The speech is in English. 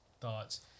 thoughts